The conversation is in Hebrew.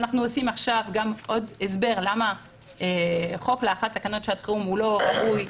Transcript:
גם עוד הסבר למה חוק להארכת תקנות שעת חירום הוא לא ראוי,